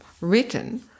written